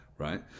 Right